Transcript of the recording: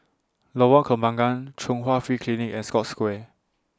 Lorong Kembagan Chung Hwa Free Clinic and Scotts Square